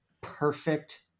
perfect